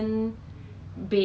they prefer